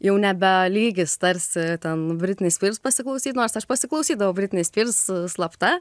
jau nebe lygis tarsi ten britney spears pasiklausyt nors aš pasiklausydavau britney spears slapta